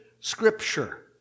scripture